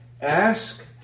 Ask